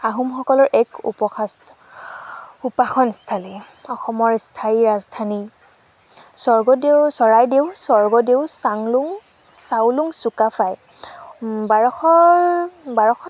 আহোমসকলৰ এক উপাসস্ উপাসনাস্থলী অসমৰ স্থায়ী ৰাজধানী স্বৰ্গদেউ চৰাইদেউ স্বৰ্গদেউ চাংলুং চাওলুং চুকাফাই বাৰশ বাৰশ